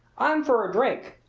i'm for a drink!